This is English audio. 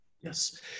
yes